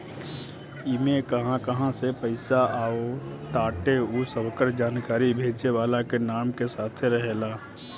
इमे कहां कहां से पईसा आवताटे उ सबकर जानकारी भेजे वाला के नाम के साथे रहेला